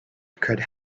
could